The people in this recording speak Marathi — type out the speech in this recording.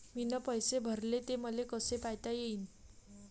मीन पैसे भरले, ते मले कसे पायता येईन?